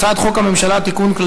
הצעת חוק הממשלה (תיקון,